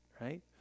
right